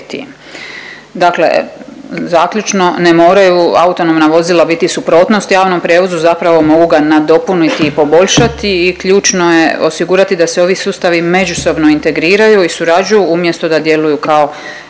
Dakle, zaključno, ne moraju autonomna vozila biti suprotnost javnom prijevozu zapravo mogu ga nadopuniti i poboljšati i ključno je osigurati da se ovi sustavi međusobno integriraju i surađuju umjesto da djeluju kako